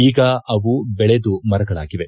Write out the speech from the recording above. ಈಗ ಅವು ಬೆಳೆದು ಮರಗಳಾಗಿವೆ